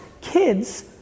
Kids